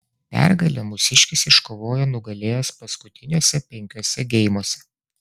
pergalę mūsiškis iškovojo nugalėjęs paskutiniuose penkiuose geimuose